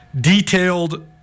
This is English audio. detailed